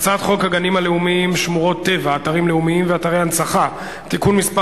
הצעת חוק שחרור על-תנאי ממאסר (תיקון מס'